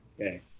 Okay